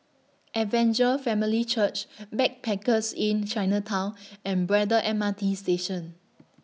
Evangel Family Church Backpackers Inn Chinatown and Braddell M R T Station